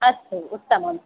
अस्तु उत्तमम्